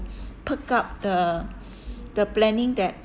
perk up the the planning that